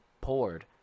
poured